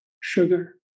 sugar